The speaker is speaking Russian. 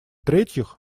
третьих